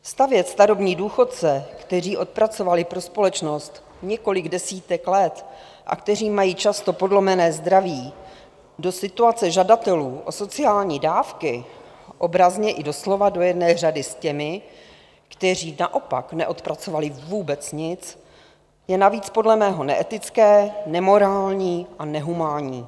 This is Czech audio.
Stavět starobní důchodce, kteří odpracovali pro společnost několik desítek let a kteří mají často podlomené zdraví, do situace žadatelů o sociální dávky, obrazně i doslova do jedné řady s těmi, kteří naopak neodpracovali vůbec nic, je navíc podle mého neetické, nemorální a nehumánní.